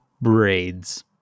braids